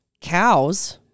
cows